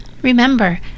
Remember